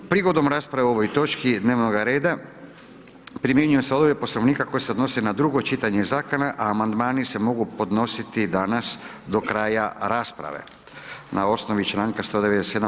Prigodom rasprave o ovoj točki dnevnoga reda, primjenjuju se odredbe Poslovnika koje se odnose na drugo čitanje Zakona, a amandmani se mogu podnositi danas do kraja rasprave na osnovi članka 197.